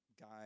guy